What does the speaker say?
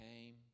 Came